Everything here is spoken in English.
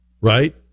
right